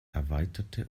erweiterte